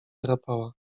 drapała